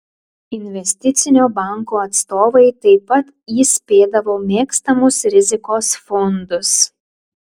investicinio banko atstovai taip pat įspėdavo mėgstamus rizikos fondus